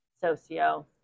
socio